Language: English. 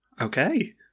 okay